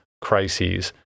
crises